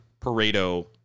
Pareto